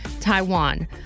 Taiwan